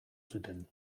zuten